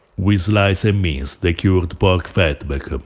we slice and mince the cured pork fatback. ah